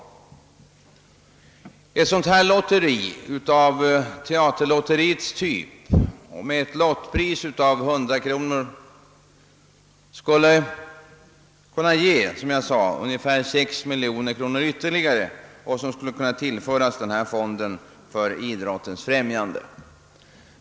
Ett lotteri av teaterlotteriets typ och med ett lottpris på 100 kronor skulle som sagt kunna ge ytterligare 6 miljoner kronor, som skulle kunna tillföras fonden för idrottens främjande.